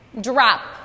Drop